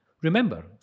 Remember